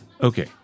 Okay